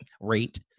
rate